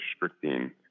restricting